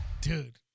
Dude